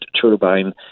turbine